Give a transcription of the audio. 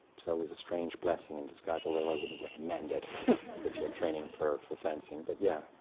so it was a strange blessing in disguise, although i wouldn't recommend it if you're training for for fencing. but yeah.